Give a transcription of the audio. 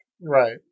Right